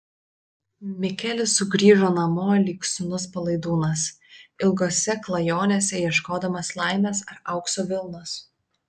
mikelis sugrįžo namo lyg sūnus palaidūnas ilgose klajonėse ieškodamas laimės ar aukso vilnos